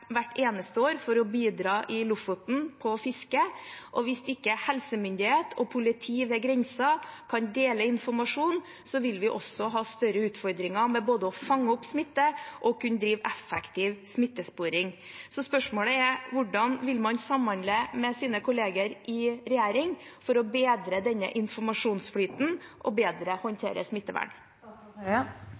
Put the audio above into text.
hvert eneste år for å bidra på fisket i Lofoten, og hvis ikke helsemyndigheter og politi ved grensen kan dele informasjon, vil vi også ha større utfordringer med både å fange opp smitte og å kunne drive effektiv smittesporing. Så spørsmålet er: Hvordan vil man samhandle med sine kolleger i regjering for å bedre denne informasjonsflyten og bedre håndtere smittevern?